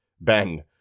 Ben